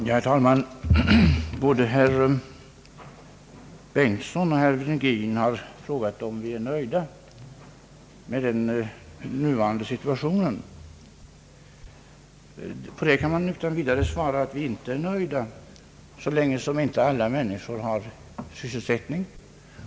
Herr talman! Både herr Bengtson och herr Virgin har frågat om vi är nöjda med den nuvarande situationen. Jag kan svara att vi inte är nöjda, så länge inte alla människor har sysselsättning.